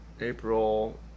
april